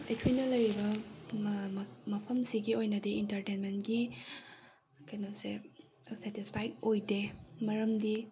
ꯑꯩꯈꯣꯏꯅ ꯂꯩꯔꯤꯕ ꯃꯐꯝꯁꯤꯒꯤ ꯑꯣꯏꯅꯗꯤ ꯏꯟꯇꯔꯇꯦꯟꯃꯦꯟꯒꯤ ꯀꯩꯅꯣꯁꯦ ꯁꯦꯇꯤꯁꯐꯥꯏꯠ ꯑꯣꯏꯗꯦ ꯃꯔꯝꯗꯤ